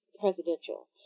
presidential